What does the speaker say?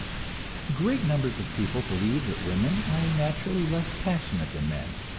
great numbers of people believe that women are naturally less passionate than men,